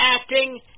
acting